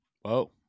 Whoa